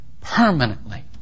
Permanently